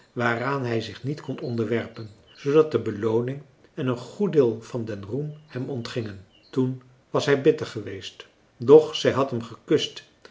waaraan hij zich niet kon onderwerpen zoodat de belooning en een goed deel van den roem hem ontgingen toen was hij bitter geweest doch zij had hem gekust